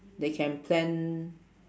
they can plan